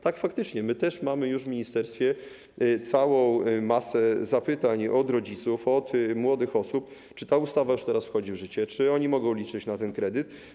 Tak, faktycznie, my też mamy już w ministerstwie całą masę zapytań od rodziców, od młodych osób o to, czy ta ustawa już teraz wchodzi w życie, czy mogą liczyć na ten kredyt.